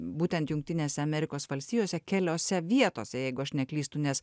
būtent jungtinėse amerikos valstijose keliose vietose jeigu aš neklystu nes